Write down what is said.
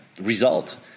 result